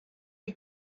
you